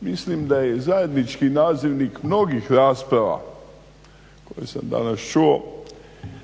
Mislim da je zajednički nazivnik mnogih rasprava koje sam danas čuo